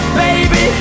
baby